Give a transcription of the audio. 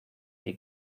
que